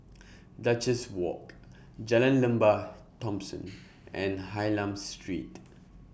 Duchess Walk Jalan Lembah Thomson and Hylam Street